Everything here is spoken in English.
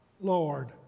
Lord